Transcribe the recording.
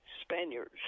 Spaniards